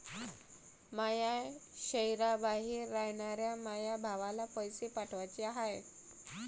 माया शैहराबाहेर रायनाऱ्या माया भावाला पैसे पाठवाचे हाय